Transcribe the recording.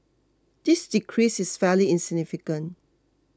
this decrease is fairly significant